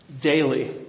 daily